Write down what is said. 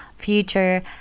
future